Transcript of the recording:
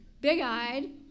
big-eyed